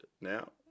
now